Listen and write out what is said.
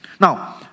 Now